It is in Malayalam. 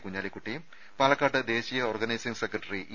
കുഞ്ഞാലിക്കുട്ടിയും പാലക്കാട്ട് ദേശീയ ഓർഗനൈസിങ്ങ് സെക്രട്ടറി ഇ